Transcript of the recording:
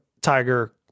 Tiger